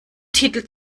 titel